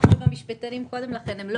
כששוחחנו עם המשפטנים קודם לכן הם לא